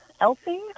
Elsie